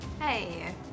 Hey